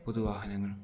പൊതു വാഹനങ്ങൾ